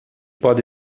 pode